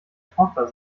tochter